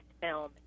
film